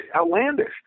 outlandish